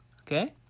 Okay